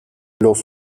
los